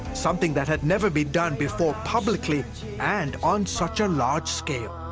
something that had never been done before publicly and on such a large scale.